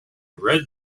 red